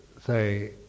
say